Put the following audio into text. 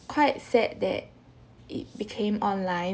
quite sad that it became online